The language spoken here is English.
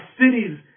cities